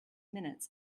minutes